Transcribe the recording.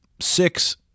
six